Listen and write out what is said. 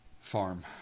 Farm